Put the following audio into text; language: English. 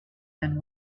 been